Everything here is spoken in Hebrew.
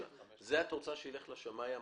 את רוצה שזה ילך לשמאי הממשלתי?